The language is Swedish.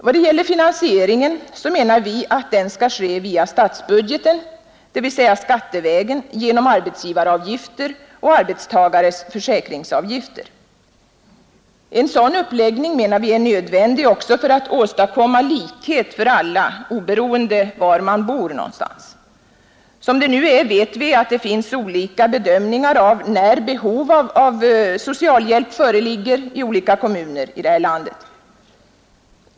Vi menar att finansieringen skall ske via statsbudgeten, dvs. skattevägen, genom arbetsgivaravgifter och arbetstagares försäkringsavgifter. En sådan uppläggning är nödvändig också för att åstadkomma likhet för alla, oberoende av var man bor någonstans. Som det nu är vet vi att det i olika kommuner i landet finns olika bedömningar av när behov av socialhjälp föreligger.